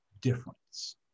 difference